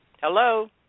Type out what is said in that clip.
hello